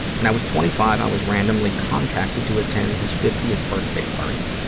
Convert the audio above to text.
when i was twenty five, i was randomly contacted to attend his fiftieth birthday party.